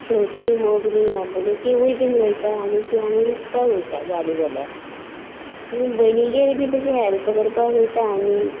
शेवतीं मोगरीं आबोलीं तिंवूय बी रोयता आनी तीं आमी विकपाक वयता जालीं जाल्यार आनी भयणीगेर बी तशीं हॅल्प करपा वयता आमी